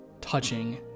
touching